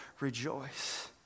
rejoice